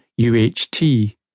UHT